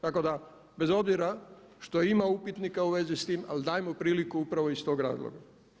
Tako da bez obzira što ima upitnika u vezi s tim, ali dajmo priliku upravo iz tvog razloga.